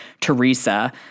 Teresa